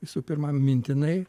visų pirma mintinai